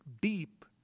deep